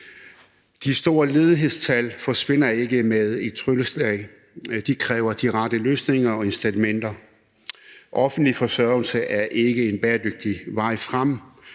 De store ledighedstal forsvinder ikke med et trylleslag. De kræver de rette løsninger og rater . Offentlig forsørgelse er ikke en bæredygtig vej frem,